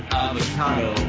avocado